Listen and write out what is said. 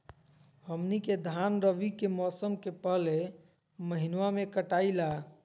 हमनी के धान रवि के मौसम के पहले महिनवा में कटाई ला